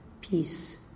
Peace